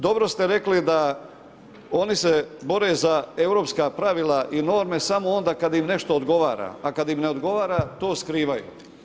Dobro ste rekli da se oni bore za europska pravila i norme samo onda kada im nešto odgovara, a kada im ne odgovara to skrivaju.